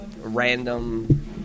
random